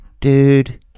dude